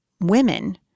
women